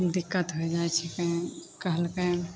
दिक्कत हो जाइ छै कहीँ कहलकै